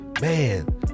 man